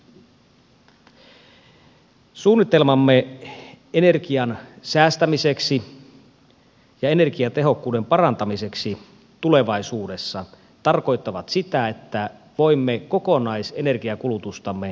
suunnitelmamme energian säästämiseksi ja energiatehokkuuden parantamiseksi tulevaisuudessa tarkoittavat sitä että voimme kokonaisenergiankulutustamme vähentää tulevaisuudessa